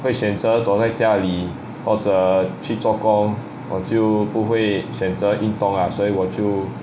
会选择躲在家里或者去做工我就不会选择运动啊所以我就